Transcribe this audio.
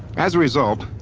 as a result,